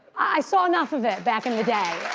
i saw enough of it back in the day.